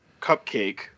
Cupcake